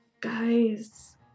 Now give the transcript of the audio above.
Guys